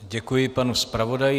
Děkuji panu zpravodaji.